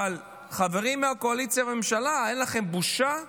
חברים מהקואליציה, מהממשלה, אין לכם בושה?